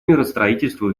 миростроительству